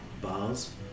Bars